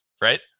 right